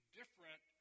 different